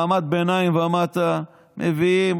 מעמד ביניים ומטה, מביאים